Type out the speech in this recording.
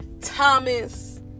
Thomas